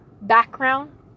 background